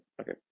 Okay